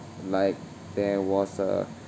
like there was uh